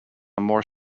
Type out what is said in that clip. more